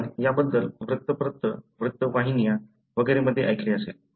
आपण याबद्दल वृत्तपत्र वृत्तवाहिन्या वगैरे मध्ये ऐकले असेल